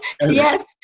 Yes